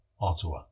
Ottawa